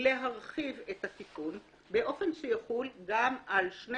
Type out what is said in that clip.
להרחיב את התיקון באופן שיחול גם על שני